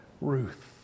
Ruth